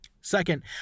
Second